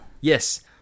Yes